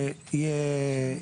שיהיה,